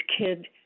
kid